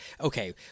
Okay